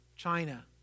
China